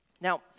Now